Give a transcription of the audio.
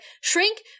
shrink